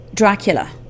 Dracula